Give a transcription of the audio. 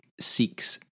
seeks